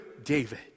David